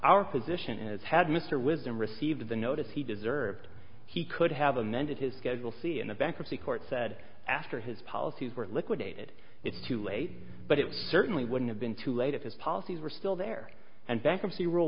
our position is had mr wisdom received the notice he deserved he could have amended his schedule c and the bankruptcy court said after his policies were liquidated it's too late but it certainly wouldn't have been too late if his policies were still there and bankruptcy r